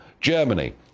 Germany